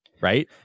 Right